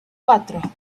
cuatro